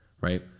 Right